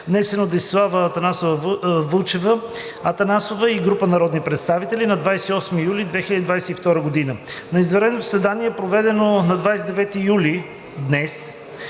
внесен от Десислава Вълчева Атанасова и група народни представители на 28 юли 2022 г. На извънредно заседание, проведено на 29 юли, днес